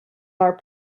our